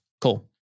Cool